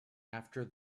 after